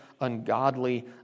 ungodly